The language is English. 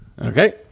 Okay